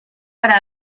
para